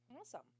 Awesome